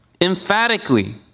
emphatically